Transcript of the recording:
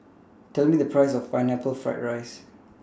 Tell Me The Price of Pineapple Fried Rice